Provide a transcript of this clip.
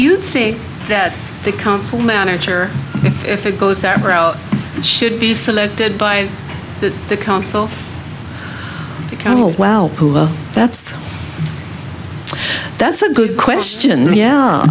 you think that the council manager if it goes that route should be selected by the council well that's a that's a good question yeah